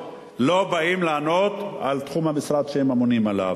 באים לענות על תחום המשרד שהם אמונים עליו.